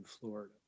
Florida